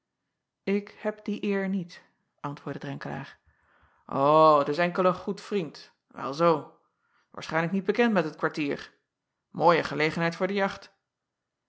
k heb die eer niet antwoordde renkelaer dus enkel een goed vriend el zoo aarschijnlijk niet bekend met het kwartier ooie gelegenheid voor de jacht